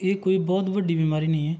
ਇਹ ਕੋਈ ਬਹੁਤ ਵੱਡੀ ਬਿਮਾਰੀ ਨਹੀਂ ਹੈ